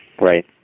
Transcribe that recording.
Right